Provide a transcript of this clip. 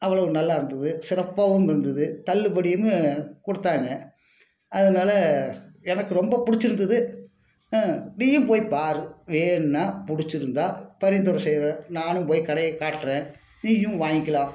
அவ்வளவு நல்லா இருந்தது சிறப்பாகவும் இருந்தது தள்ளுபடினு கொடுத்தாங்க அதனால எனக்கு ரொம்ப பிடிச்சிருந்துது நீயும் போய் பாரு வேணுன்னால் பிடிச்சிருந்தா பரிந்துரை செய்கிறேன் நானும் போய் கடையை காட்டுறேன் நீயும் வாங்கிக்கலாம்